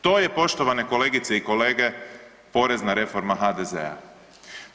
To je poštovane kolegice i kolege, porezna reforma HDZ-a.